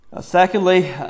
Secondly